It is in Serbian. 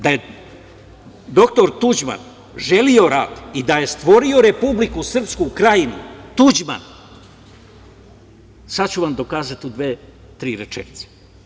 Da je doktor Tuđman želeo rat i da je stvorio Republiku Srpsku Krajinu, Tuđman, sada ću vam dokazati u dve, tri rečenice.